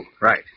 Right